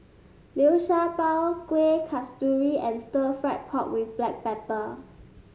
Liu Sha Bao Kuih Kasturi and Stir Fried Pork with Black Pepper